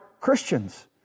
Christians